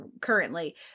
currently